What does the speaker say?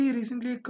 recently